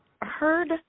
Heard